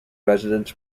residents